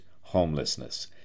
homelessness